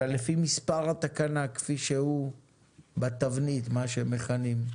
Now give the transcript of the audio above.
אלא לפי מספר התקנה, כפי שהוא בתבנית, מה שמכנים.